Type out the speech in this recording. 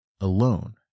alone